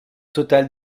totale